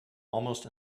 almost